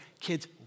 kids